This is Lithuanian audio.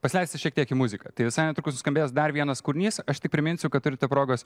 pasileisti šiek tiek į muziką tai visai netrukus nuskambės dar vienas kūrinys aš tik priminsiu kad turite progos